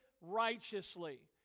righteously